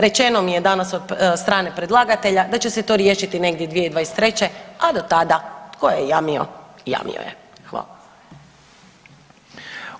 Rečeno mi je danas od strane predlagatelja da će se to riješiti negdje 2023. a do tada tko je jamio, jamio je.